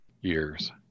years